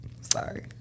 Sorry